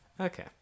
Okay